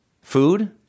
food